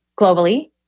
globally